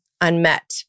unmet